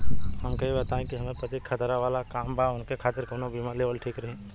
हमके ई बताईं कि हमरे पति क खतरा वाला काम बा ऊनके खातिर कवन बीमा लेवल ठीक रही?